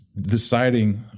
deciding